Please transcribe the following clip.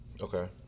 Okay